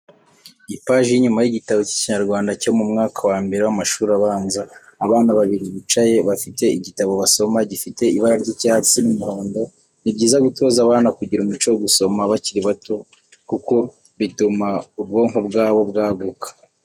Ipaji y'inyuma y'igitabo cy'Ikinyarwanda cyo mu mwaka wa mbere w'amashuri abanza, abana babiri bicaye bafite igitabo basoma, gifite ibara ry'icyatsi n'umuhondo, ni byiza gutoza abana kugira umuco wo gusoma bakiri bato kuko bituma ubwonko bwabo bwaguka.